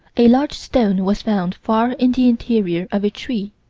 a large stone was found far in the interior of a tree,